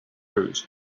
road